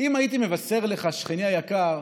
אם הייתי מבשר לך, שכני היקר,